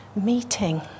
meeting